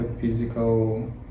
physical